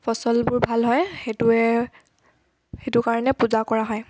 ফচলবোৰ ভাল হয় সেইটোৱে সেইটো কাৰণে পূজা কৰা হয়